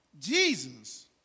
Jesus